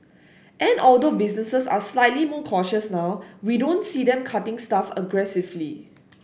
and although businesses are slightly more cautious now we don't see them cutting staff aggressively